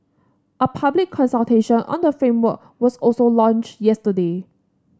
a public consultation on the framework was also launched yesterday